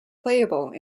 playable